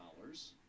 dollars